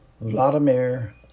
Vladimir